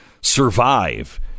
survive